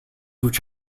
which